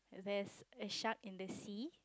there is a shark in the sea